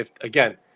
again